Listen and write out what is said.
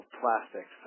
plastics